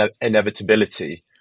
inevitability